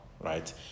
right